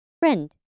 friend